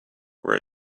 for